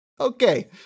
Okay